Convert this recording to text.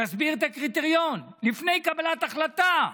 תסביר את הקריטריון לפני קבלת החלטה,